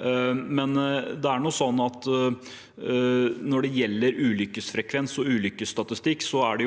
Når det gjelder ulykkesfrekvens og ulykkesstatistikk, er